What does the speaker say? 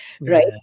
right